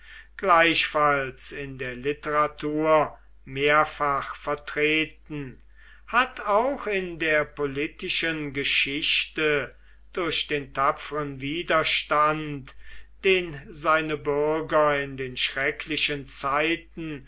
gleichfalls in der literatur mehrfach vertreten hat auch in der politischen geschichte durch den tapferen widerstand den seine bürgerin den schrecklichen zeiten